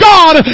God